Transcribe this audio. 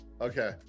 Okay